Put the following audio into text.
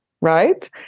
right